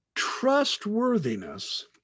Trustworthiness